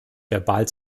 verbal